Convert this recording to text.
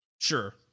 Sure